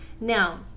Now